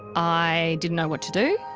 i didn't know what to do.